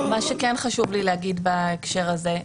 מה שכן חשוב לי להגיד בהקשר הזה,